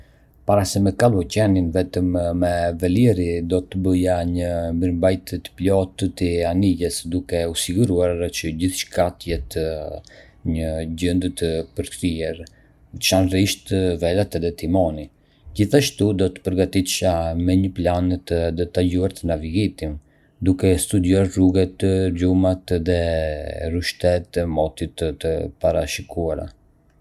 Para se me kalu oqeanin vetëm me velierë, do të bëja një mirëmbajtje të plotë të anijes, duke u siguruar që gjithçka të jetë në gjendje të përkryer, veçanërisht velat edhe timoni. Gjithashtu, do të përgatitesha me një plan të detajuar të navigimit, duke studiuar rrugët, rrymat dhe kushtet e motit të parashikuara.